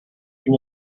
you